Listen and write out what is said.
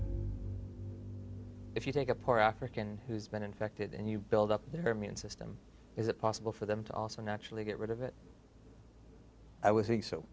you take a poor african who's been infected and you build up their main system is it possible for them to also naturally get rid of it i would think so